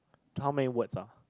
how many words ah